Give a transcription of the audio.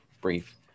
brief